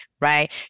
Right